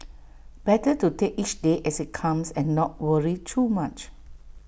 better to take each day as IT comes and not worry too much